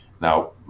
Now